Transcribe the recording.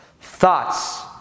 Thoughts